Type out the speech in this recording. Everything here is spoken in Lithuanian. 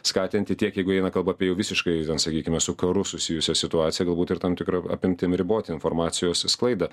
skatinti tiek jeigu eina kalba apie jau visiškai ten sakykime su karu susijusią situaciją galbūt ir tam tikra apimtim riboti informacijos sklaidą